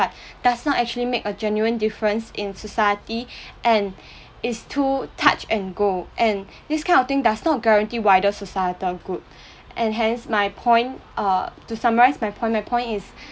but does not actually make a genuine difference in society and it's too touch and go and this kind of thing does not guarantee wider societal good and hence my point genuinely to summarise my point my point is